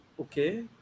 okay